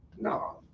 No